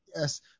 Yes